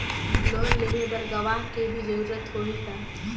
Loan लेहे बर गवाह के भी जरूरत होही का?